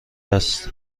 است